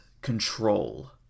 Control